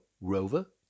Rover